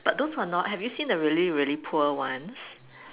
but those are not have you seen the really really poor ones